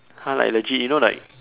!huh! like legit you know like